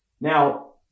Now